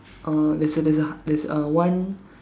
uh there's a there's a there's a one